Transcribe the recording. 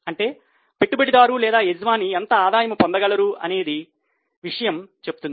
అంటే ప్రతి పెట్టుబడిదారు లేదా యజమాని ఎంత ఆదాయం పొందగలరు అనే విషయాన్నిచెప్తుంది